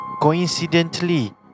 Coincidentally